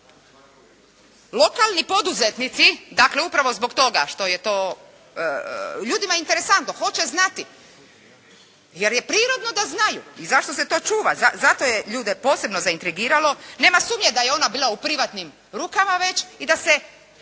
Lokalni poduzetnici, upravo zbog toga što je to ljudima interesantno, hoće znati, i to je prirodno da znaju i zašto se to čuva, zato je to ljude posebno zaintrigiralo nema sumnje da je ona bila u privatnim rukama već i da se